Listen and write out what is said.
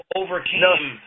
overcame –